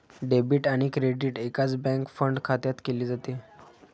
debit आणि credit एकाच bank fund खात्यात केले जाते